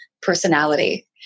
personality